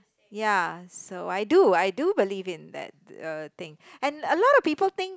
ya so I do I do believe in that uh thing and a lot of people think